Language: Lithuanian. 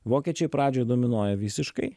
vokiečiai pradžioj dominuoja visiškai